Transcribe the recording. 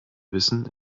wissen